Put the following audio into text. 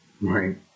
right